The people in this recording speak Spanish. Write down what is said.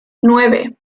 nueve